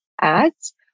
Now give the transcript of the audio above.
ads